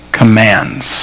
commands